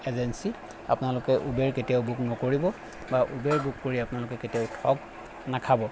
agency আপোনালোকে Uber কেতিয়াও book নকৰিব বা ওবেৰ বুক কৰি আপোনালোকে কেতিয়াও ঠগ নাখাব